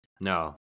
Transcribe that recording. no